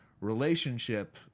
relationship